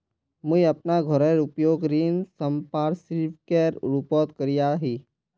मुई अपना घोरेर उपयोग ऋण संपार्श्विकेर रुपोत करिया ही